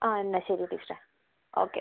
ആ എന്നാൽ ശരി ടീച്ചറെ ഓക്കേ